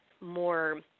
more